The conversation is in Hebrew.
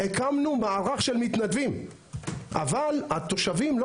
הקמנו מערך של מתנדבים אבל התושבים לא